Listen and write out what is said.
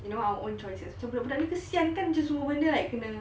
you know our own choices macam budak-budak ni like kesian kan semua benda kena